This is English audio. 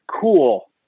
Cool